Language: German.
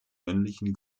männlichen